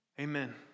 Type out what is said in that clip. Amen